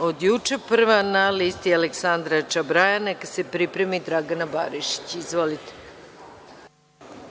od juče. Prva na listi je Aleksandra Čabraja. Neka se pripremi Dragana Barišić. Izvolite.